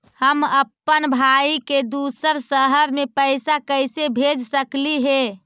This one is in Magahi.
हम अप्पन भाई के दूसर शहर में पैसा कैसे भेज सकली हे?